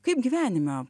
kaip gyvenime